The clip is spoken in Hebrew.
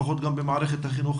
לפחות גם במערכת החינוך,